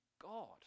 God